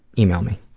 email me.